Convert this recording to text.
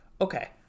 Okay